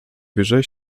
wyżej